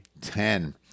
Ten